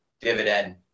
dividend